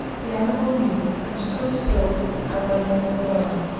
the animal knew, and stood still awaiting the blow.